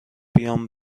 بیام